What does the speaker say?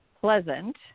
pleasant